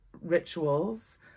rituals